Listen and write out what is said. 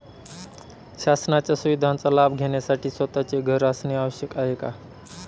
शासनाच्या सुविधांचा लाभ घेण्यासाठी स्वतःचे घर असणे आवश्यक आहे का?